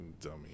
dummy